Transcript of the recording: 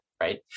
right